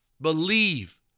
Believe